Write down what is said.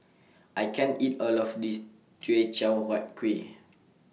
I can't eat All of This Teochew Huat Kuih